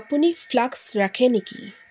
আপুনি ফ্লাস্ক ৰাখে নেকি